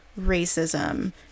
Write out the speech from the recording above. racism